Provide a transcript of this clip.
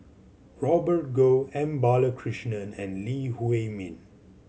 Robert Goh M Balakrishnan and Lee Huei Min